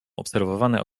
obserwowane